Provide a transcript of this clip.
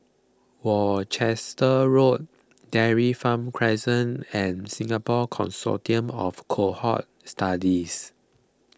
Worcester Road Dairy Farm Crescent and Singapore Consortium of Cohort Studies